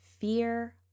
fear